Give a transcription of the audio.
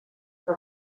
que